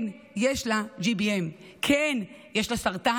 כן, יש לה GBM. כן, יש לה סרטן,